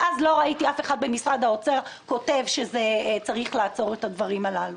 ואז לא ראיתי אף אחד במשרד האוצר כותב שצריך לעצור את הדברים הללו.